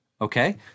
Okay